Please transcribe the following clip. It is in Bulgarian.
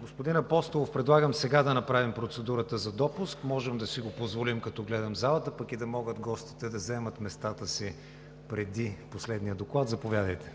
Господин Апостолов, предлагам сега да направим процедурата за допуск – можем да си го позволим, като гледам залата, пък и да могат гостите да заемат местата си преди последния доклад. Заповядайте!